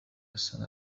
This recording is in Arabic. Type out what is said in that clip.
السنة